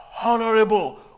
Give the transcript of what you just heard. honorable